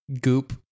goop